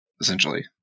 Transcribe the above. essentially